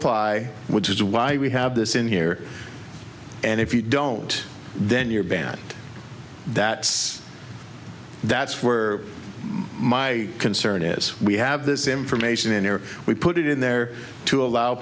apply which is why we have this in here and if you don't then your band that's that's were my concern is we have this information in there we put it in there to allow